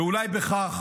ואולי בכך